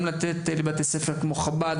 גם לבתי ספר כמו חב"ד,